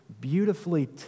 beautifully